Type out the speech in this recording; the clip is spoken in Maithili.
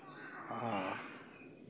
आ